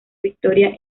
victoria